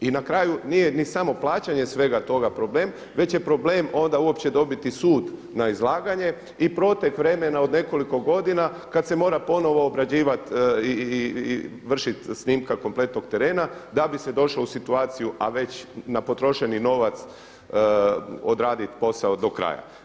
I na kraju nije ni samo plaćanje svega toga problem, već je problem onda uopće dobiti sud na izlaganje i protek vremena od nekoliko godina kad se mora ponovo obrađivat i vršit snimka kompletnog terena da bi se došlo u situaciju, a već na potrošeni novac odradit posao do kraja.